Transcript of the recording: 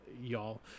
y'all